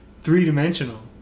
Three-dimensional